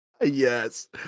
Yes